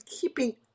keeping